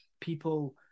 people